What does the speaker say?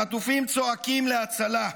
החטופים צועקים להצלה,